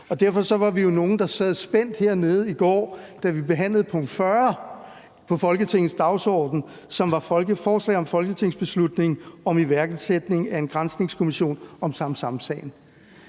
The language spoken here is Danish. der sad spændt hernede i går, da vi behandlede punkt 40 på Folketingets dagsorden, som var forslag til folketingsbeslutning om iværksættelse af en granskningskommission om Samsamsagen.